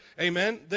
Amen